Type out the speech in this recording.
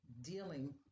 dealing